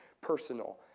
personal